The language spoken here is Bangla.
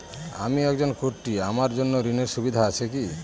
আমি একজন কট্টি আমার জন্য ঋণের সুবিধা আছে কি?